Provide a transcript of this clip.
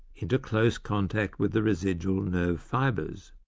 into close contact with the residual nerve fibres.